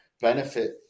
benefit